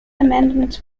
amendments